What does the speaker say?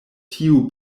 tiu